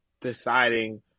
deciding